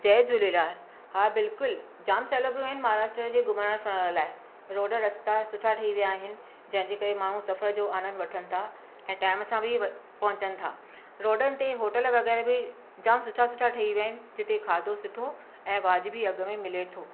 जय झूलेलाल हा बिल्कुलु जाम सहूलतियूं आहिनि महाराष्ट्र में घुमणु फिरण लाइ रोड रस्ता सुठा ठही विया आहिनि जंहिंजे करे माण्हू सफ़र जो आनंद वठनि था ऐं टाइम सां बि व पहुचनि था रोडनि ते होटल वग़ैरह बि जाम सुठा सुठा ठही विया आहिनि जिते खाधो सुठो ऐं वाजिबी अघ में मिले थो